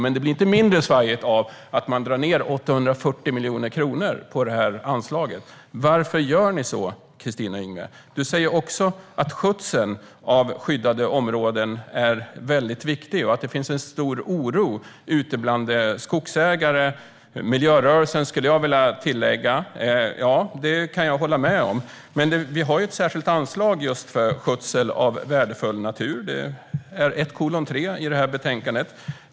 Men det blir inte mindre svajigt av att man drar ned 840 miljoner kronor på detta anslag. Varför gör ni det, Kristina Yngwe? Du säger också att skötseln av skyddade områden är mycket viktig och att det finns en stor oro ute bland skogsägare - och miljörörelsen, skulle jag vilja tillägga. Ja, det kan jag hålla med om. Men vi har ett särskilt anslag just för skötsel av värdefull natur, och det är 1:3 i detta betänkande.